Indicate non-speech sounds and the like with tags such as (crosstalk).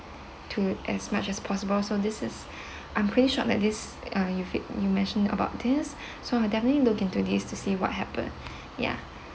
to as much as possible so this is I'm pretty shocked that this uh you you mention about this so I'll definitely look into this to see what happen (breath) ya